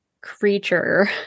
creature